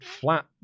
flat